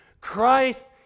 Christ